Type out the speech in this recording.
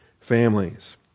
families